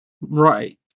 Right